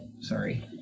sorry